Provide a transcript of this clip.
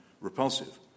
repulsive